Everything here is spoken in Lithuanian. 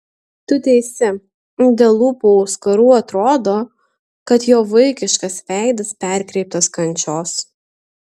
tu teisi dėl lūpų auskarų atrodo kad jo vaikiškas veidas perkreiptas kančios